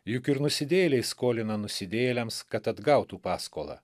juk ir nusidėjėliai skolina nusidėjėliams kad atgautų paskolą